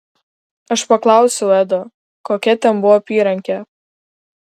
aš paklausiau edo kokia ten buvo apyrankė